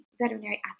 veterinary